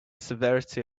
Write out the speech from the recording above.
severity